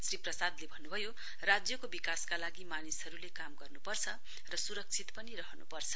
श्री प्रसादले भन्नुभयो राज्यको विकासको लागि मानिसहरुले काम गर्नुपर्छ र सुरक्षित पनि रहनुपर्छ